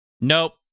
nope